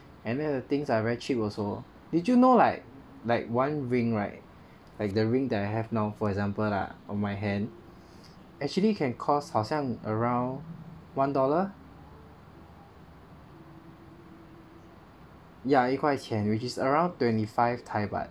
and then the things are very cheap also did you know like like one ring like the ring that I have now for example lah on my hand actually can can cost 好像 around one dollar ya 一块钱 which is around twenty five thai baht